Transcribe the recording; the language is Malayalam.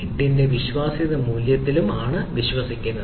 8 ന്റെ വിശ്വാസ്യത മൂല്യത്തിലും ഞാൻ വിശ്വസിക്കുന്നു